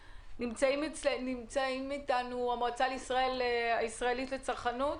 נמצאים איתנו המועצה הישראלית לצרכנות?